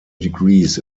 degrees